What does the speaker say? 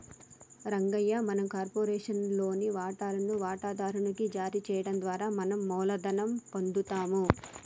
రంగయ్య మనం కార్పొరేషన్ లోని వాటాలను వాటాదారు నికి జారీ చేయడం ద్వారా మనం మూలధనం పొందుతాము